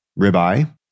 ribeye